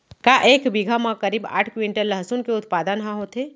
का एक बीघा म करीब आठ क्विंटल लहसुन के उत्पादन ह होथे?